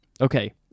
Okay